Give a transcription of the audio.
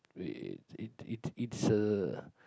it it it it's a